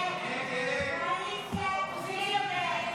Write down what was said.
הסתייגות 85 לא נתקבלה.